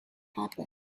happen